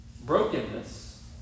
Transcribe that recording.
brokenness